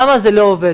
למה זה לא עובד?